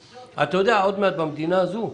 אתה יודע, עוד מעט במדינה הזאת,